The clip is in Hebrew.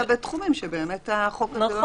אלא בתחומים שבאמת החוק הזה לא נוגע בהם.